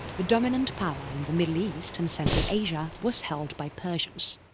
the dominant power in the middle east and central asia was held by persians.